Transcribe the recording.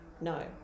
No